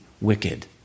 wicked